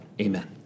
Amen